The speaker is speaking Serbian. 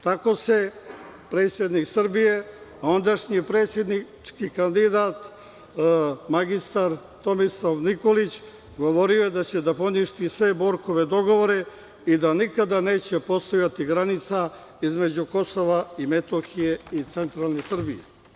Tako je predsednik Srbije, ondašnji predsednički kandidat, magistar Tomislav Nikolić, govorio da će da poništi sve Borkove dogovore i da nikada neće postojati granica između KiM i centralne Srbije.